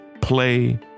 play